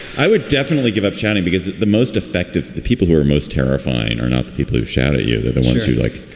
i would definitely give up shouting because the most effective people who are most terrifying are not the people who shout at you the the ones who like.